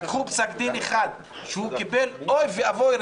לקחו פסק דין אחד שהוא קיבל אוי ואבוי,